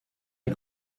est